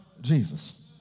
Jesus